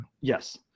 Yes